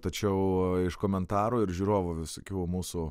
tačiau iš komentarų ir žiūrovų visokių mūsų